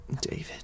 David